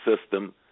system